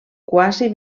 quasi